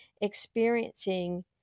experiencing